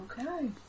Okay